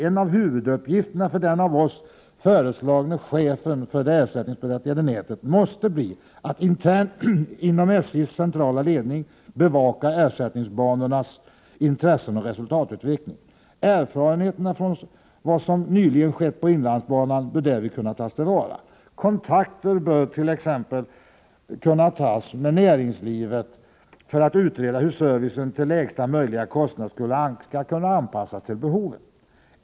En av huvuduppgifterna för den av oss föreslagna chefen för det ersättningsberättigade nätet måste bli att internt inom SJ:s centrala ledning bevaka ersättningsbanornas intressen och resultatutveckling. Erfarenheterna från vad som nyligen skett på inlandsbanan bör därvid kunna tas till vara. Kontakter bör t.ex. kunna tas med näringslivet för att utreda hur servicen till lägsta möjliga kostnader skall kunna anpassas till behoven.